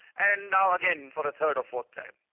and now again for the third or fourth time.